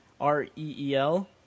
R-E-E-L